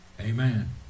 Amen